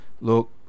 look